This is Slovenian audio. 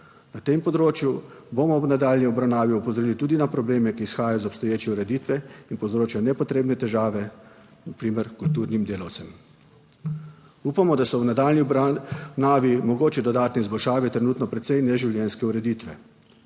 Na tem področju bomo v nadaljnji obravnavi opozorili tudi na probleme, ki izhajajo iz obstoječe ureditve in povzročajo nepotrebne težave, na primer kulturnim delavcem. Upamo, da so v nadaljnji obravnavi mogoče dodatne izboljšave trenutno precej neživljenjske ureditve.